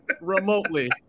remotely